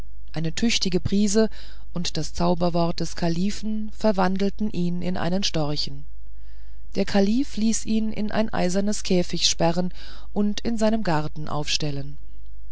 eine tüchtige prise und das zauberwort des kalifen verwandelte ihn in einen storchen der kalif ließ ihn in ein eisernes käfigt sperren und in seinem garten aufstellen